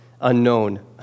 unknown